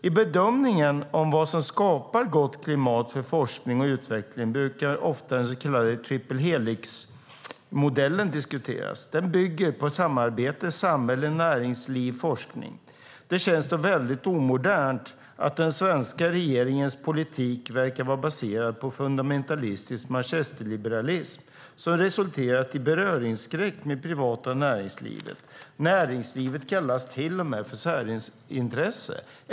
I bedömningen av vad som skapar gott klimat för forskning och utveckling brukar ofta den så kallade triple helix-modellen diskuteras. Den bygger på samarbete mellan samhälle, näringsliv och forskning. Det känns då väldigt omodernt att den svenska regeringens politik verkar vara baserad på fundamentalistisk manchesterliberalism som resulterat i beröringsskräck med det privata näringslivet. Näringslivet kallas till och med för särintresse.